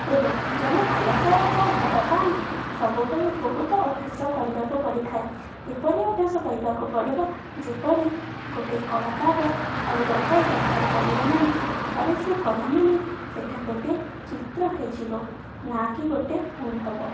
ଏବଂ ଜଣେ ଭଲ କଳାକାର ହେବା ପାଇଁ ସବୁବେଳେ ବହୁତ ଅଭ୍ୟାସ କରିବାକୁ ପଡ଼ିଥାଏ ଏପରି ଅଭ୍ୟାସ କରିବାକୁ ପଡ଼ିବ ଯେପରି ଗୋଟେ କଳାକାରର ଆଉ ରବର୍ ଦରକାର ପଡ଼ିବ ନାହିଁ ଥରେ ସେ କଲା ମାନେ ସେଟା ଗୋଟେ ଚିତ୍ର ହେଇଯିବ ନାକି ଗୋଟେ ଭୁଲ ହବ